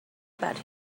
about